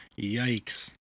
Yikes